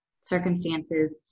circumstances